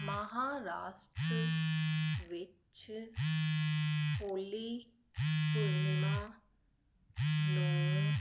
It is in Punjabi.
ਮਹਾਰਾਸ਼ਟਰ ਵਿੱਚ ਹੋਲੀ ਪੂਰਣਿਮਾ ਨੂੰ